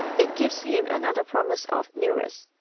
it gives him another promise of newness.